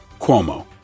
Cuomo